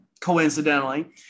coincidentally